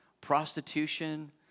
prostitution